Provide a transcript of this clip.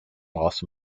lost